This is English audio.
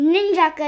Ninja